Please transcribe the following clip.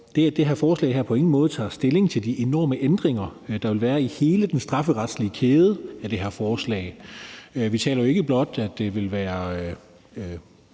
tager derudover på ingen måde stilling til de enorme ændringer, der vil være i hele den strafferetslige kæde på grund af det her forslag. Vi taler jo ikke blot om, at det er